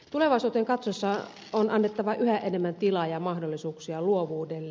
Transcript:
tulevaisuuteen katsoessa on annettava yhä enemmän tilaa ja mahdollisuuksia luovuudelle